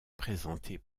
présentée